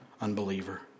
unbeliever